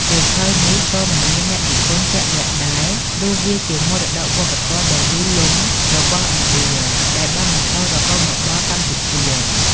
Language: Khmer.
សៀវភៅនេះក៏មិនមានអ្នកនិពន្ធជាក់លាក់ដែរ ព្រោះវាជាមរតកវប្បធម៌ដ៏យូរលង់របស់ឥណ្ឌា ដែលបានបន្តរហូតមកដល់កម្ពុជា។